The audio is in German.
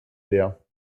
leer